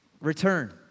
return